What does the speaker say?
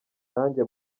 nanjye